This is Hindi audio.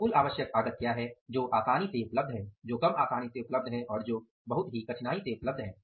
तो कुल आवश्यक आगत क्या हैं जो आसानी से उपलब्ध हैं जो कम आसानी से उपलब्ध हैं और जो बहुत ही कठिनाई से उपलब्ध हैं